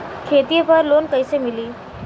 खेती पर लोन कईसे मिली?